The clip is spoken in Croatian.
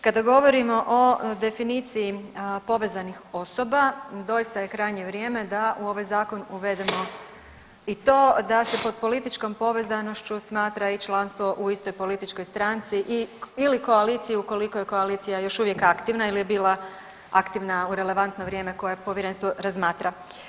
Kada govorimo o definiciji povezanih osoba, doista je krajnje vrijeme da u ovaj zakon uvedemo i to da se pod političkom povezanošću smatra i članstvo u istoj političkoj stranci ili u koaliciji ukoliko je koalicija još uvijek aktivna ili je bila aktivna u relevantno vrijeme koje povjerenstvo razmatra.